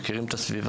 הם מכירים את הסביבה,